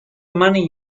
money